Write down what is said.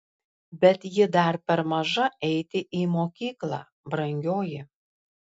bet ji dar per maža eiti į mokyklą brangioji